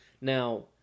now